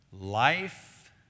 life